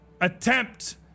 attempt